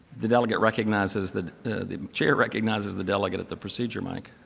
the delegate recognizes the the chair recognizes the delegate at the procedure mic.